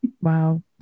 Wow